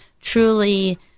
truly